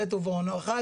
בעת ובעונה אחת,